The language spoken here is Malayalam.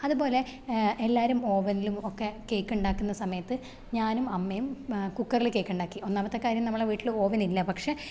അതുപോലെ എല്ലാവരും ഓവനിലും ഒക്കെ കേക്ക് ഉണ്ടാക്കുന്ന സമയത്ത് ഞാനും അമ്മയും കുക്കറിൽ കേക്ക്ണ്ടാക്കി ഒന്നാമത്തെ കാര്യം നമ്മുടെ വീട്ടിൽ ഓവനില്ല പക്ഷേ